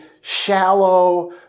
shallow